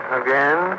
again